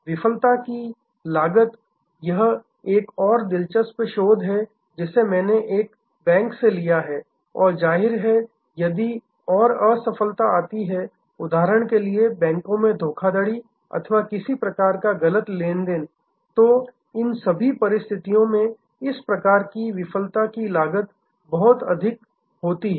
विफलता की लागत यह एक और दिलचस्प शोध है जिसे मैंने एक बैंक से लिया है जाहिर है यदि और सफलता आती है उदाहरण के लिए बैंकों में धोखाधड़ी अथवा किसी प्रकार का गलत लेन देन तो इन सभी परिस्थितियों में इस प्रकार की विफलता की लागत बहुत बहुत अधिक होती है